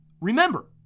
remember